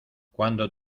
cuando